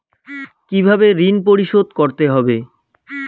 কিভাবে ঋণ পরিশোধ করতে হবে?